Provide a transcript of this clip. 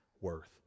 worth